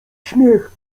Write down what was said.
śmiech